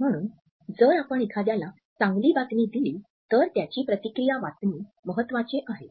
म्हणून जर आपण एखाद्याला चांगली बातमी दिली तर त्यांची प्रतिक्रिया वाचणे महत्वाचे आहे